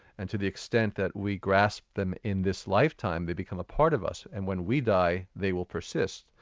and to the extent that we grasp them in this lifetime, they become a part of us and when we die, they will persist,